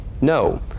No